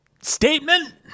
statement